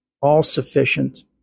all-sufficient